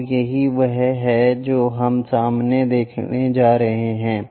तो यही वह है जो हम सामने देखने जा रहे हैं